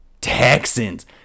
Texans